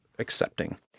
accepting